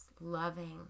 loving